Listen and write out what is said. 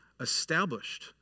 established